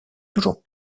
toujours